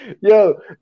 yo